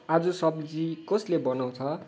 आज सब्जी कसले बनाउँछ